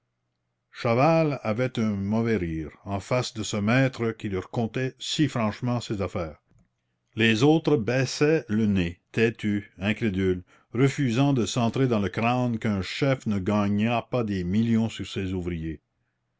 chaval avait un mauvais rire en face de ce maître qui leur contait si franchement ses affaires les autres baissaient le nez têtus incrédules refusant de s'entrer dans le crâne qu'un chef ne gagnât pas des millions sur ses ouvriers